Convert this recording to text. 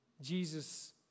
Jesus